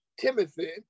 Timothy